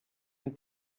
une